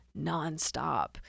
nonstop